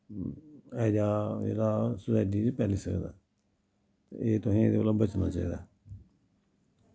हैजा जेह्ड़ा सोसाइटी च फैली सकदा ते तुसेंगी एह्दे कोला बचना चाहिदा